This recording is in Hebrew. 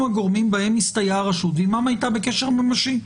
הגורמים בהם הסתייעה הרשות ועימם התה בקשר נמשי.